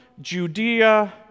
Judea